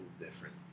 different